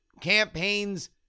campaigns